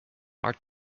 art